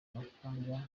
mafaranga